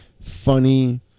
Funny